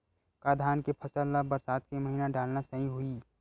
का धान के फसल ल बरसात के महिना डालना सही होही?